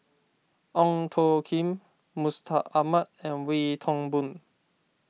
Ong Tjoe Kim Mustaq Ahmad and Wee Toon Boon